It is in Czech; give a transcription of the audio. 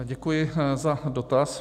Děkuji za dotaz.